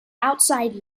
outside